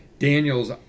Daniels